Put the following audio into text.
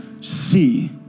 see